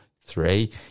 three